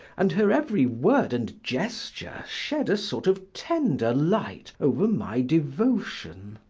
and her every word and gesture shed a sort of tender light over my devotion.